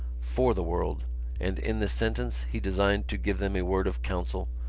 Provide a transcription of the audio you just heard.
for the world and in this sentence he designed to give them a word of counsel,